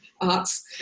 arts